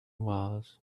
was